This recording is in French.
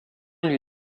lui